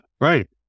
right